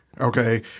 Okay